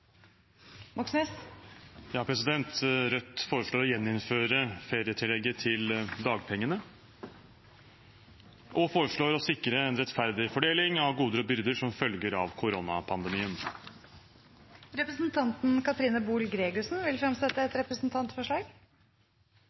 å gjeninnføre ferietillegget til dagpengene og et forslag om å sikre en rettferdig fordeling av goder og byrder som følger av koronapandemien. Representanten Katrine Boel Gregussen vil fremsette et representantforslag.